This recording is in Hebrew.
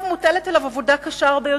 עכשיו מוטלת עליו עבודה קשה הרבה יותר,